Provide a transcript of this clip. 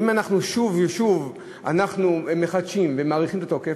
אם אנחנו שוב ושוב מחדשים ומאריכים את התוקף,